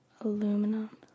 aluminum